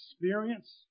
experience